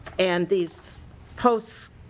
and these posts